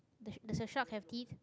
does does the shark have teeth